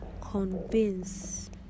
convince